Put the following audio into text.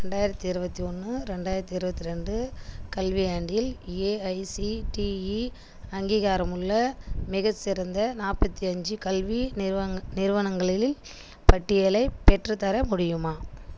ரெண்டாயிரத்து இருபத்தி ஒன்று ரெண்டாயிரத்து இருபத்தி ரெண்டு கல்வியாண்டில் ஏஐசிடிஇ அங்கீகாரமுள்ள மிக சிறந்த நாற்பத்தி அஞ்சு கல்வி நிறுவங் நிறுவனங்களின் பட்டியலை பெற்றுத்தர முடியுமா